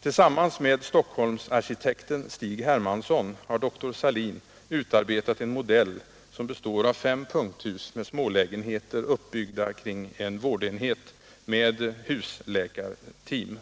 Tillsammans med stockholmsarkitekten Stig Hermansson har dr Sahlin utarbetat en modell som består av fem punkthus med smålägenheter uppbyggda kring en vårdenhet med husläkarteam.